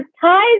ties